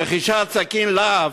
רכישת סכין להב,